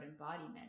embodiment